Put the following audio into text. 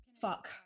fuck